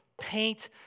paint